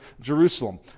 Jerusalem